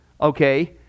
okay